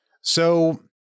So-